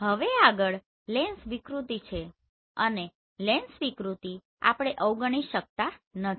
હવે આગળ લેન્સ વિકૃતિ છે અને લેન્સ વિકૃતિ આપણે અવગણી શકતા નથી